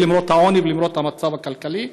למרות העוני ולמרות המצב הכלכלי.